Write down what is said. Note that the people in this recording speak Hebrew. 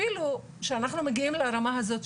אפילו כשאנחנו מגיעים לרמה הזאת,